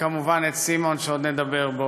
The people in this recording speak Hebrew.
וכמובן את סימון, שעוד נדבר בו,